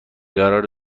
قراره